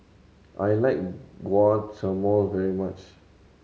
I like Guacamole very much